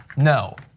no!